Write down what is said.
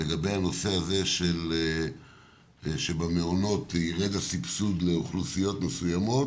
לגבי הנושא הזה שבמעונות ירד הסבסוד לאוכלוסיות מסוימות